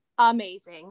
amazing